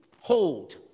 hold